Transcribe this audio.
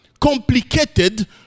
complicated